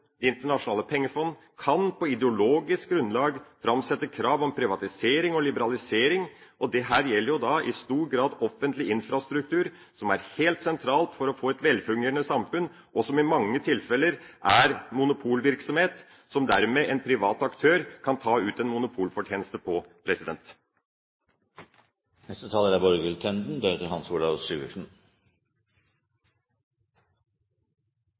Det internasjonale pengefondet kan på ideologisk grunnlag framsette krav om privatisering og liberalisering. Dette gjelder da i stor grad offentlige infrastruktur, som er helt sentralt for å få et velfungerende samfunn, og som i mange tilfeller er monopolvirksomhet, som dermed en privat aktør kan ta ut en monopolfortjeneste på.